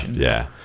yeah.